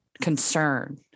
concern